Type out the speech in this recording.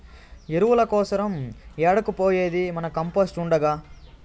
ఎరువుల కోసరం ఏడకు పోయేది మన కంపోస్ట్ ఉండగా